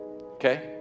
okay